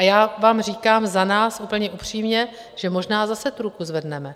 Já vám říkám za nás úplně upřímně, že možná zase tu ruku zvedneme.